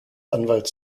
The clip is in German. anwalt